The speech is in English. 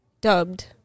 dubbed